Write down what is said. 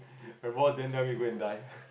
my boss then I will be going to die